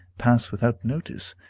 pass without notice?